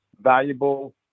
valuable